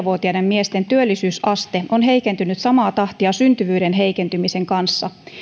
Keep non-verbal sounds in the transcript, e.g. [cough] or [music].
[unintelligible] vuotiaiden miesten työllisyysaste on heikentynyt samaa tahtia syntyvyyden heikentymisen kanssa